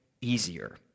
easier